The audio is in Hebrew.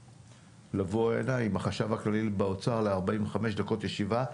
לבוא הנה עם החשב הכללי באוצר ל-45 דקות ישיבה,